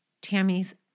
Tammy's